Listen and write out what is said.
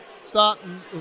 starting